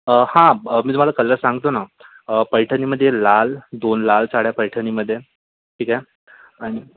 हां मी तुम्हाला कलर सांगतो ना पैठणीमध्ये लाल दोन लाल साड्या पैठणीमध्ये ठीक आहे आणि